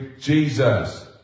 Jesus